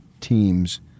teams